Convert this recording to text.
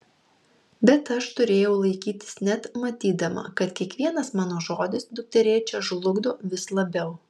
bet aš turėjau laikytis net matydama kad kiekvienas mano žodis dukterėčią žlugdo vis labiau